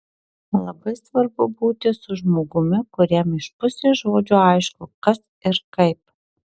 labai svarbu būti su žmogumi kuriam iš pusės žodžio aišku kas ir kaip